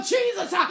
Jesus